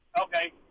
Okay